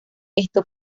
esto